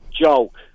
Joke